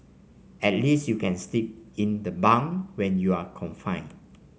at least you can sleep in the bunk when you're confined